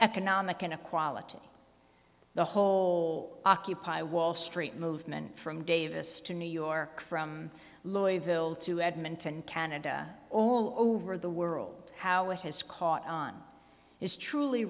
economic inequality the whole occupy wall street movement from davis to new york from louisville to edmonton canada all over the world how it has caught on is truly